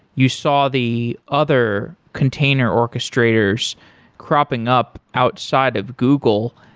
you saw the other container orchestrators cropping up outside of google,